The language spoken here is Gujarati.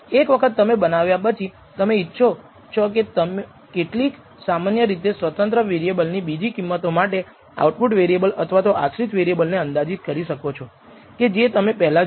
તેથી હવે આખરે ફક્ત આપણને β̂₀β̂1 ની પ્રથમ ક્ષણ ગુણધર્મો મળી નથી સાથે સાથે બીજા ક્ષણની ગુણધર્મો પણ કે જે વેરિએન્સ ઓફ β̂1 ની અને વેરિએન્સ ઓફ β̂0 છે આપણે પરિમાણોના વિતરણને પણ મેળવી શકીએ છીએ